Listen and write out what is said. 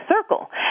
circle